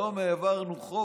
דרך אגב, היום העברנו חוק,